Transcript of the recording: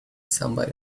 somebody